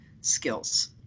skills